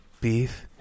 beef